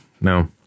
no